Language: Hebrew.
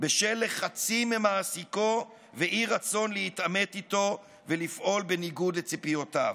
בשל לחצים ממעסיקו ואי-רצון להתעמת איתו ולפעול בניגוד לציפיותיו.